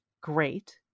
great